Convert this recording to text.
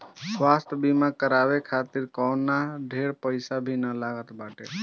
स्वास्थ्य बीमा करवाए खातिर कवनो ढेर पईसा भी नाइ लागत बाटे